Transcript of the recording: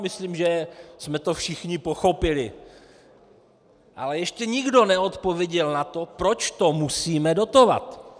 Myslím, že jsme to všichni pochopili, ale ještě nikdo neodpověděl na to, proč to musíme dotovat.